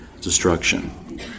destruction